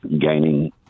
gaining